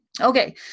Okay